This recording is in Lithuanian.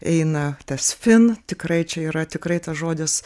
eina tas fin tikrai čia yra tikrai tas žodis